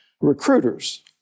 recruiters